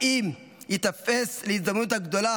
האם ייתפס להזדמנות הגדולה,